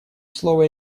слово